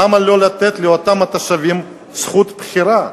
למה לא לתת לאותם התושבים זכות בחירה.